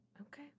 okay